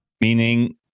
meaning